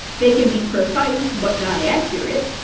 they can be precise but not accurate.